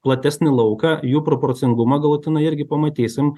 platesnį lauką jų proporcingumą galutinai irgi pamatysim